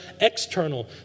external